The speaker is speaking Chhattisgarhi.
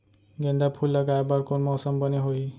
गेंदा फूल लगाए बर कोन मौसम बने होही?